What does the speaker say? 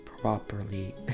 properly